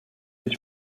być